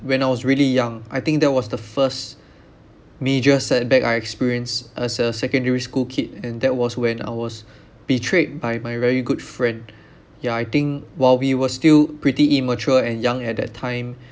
when I was really young I think that was the first major setback I experienced as a secondary school kid and that was when I was betrayed by my very good friend ya I think while we were still pretty immature and young at that time